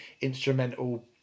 instrumental